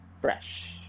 fresh